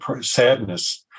sadness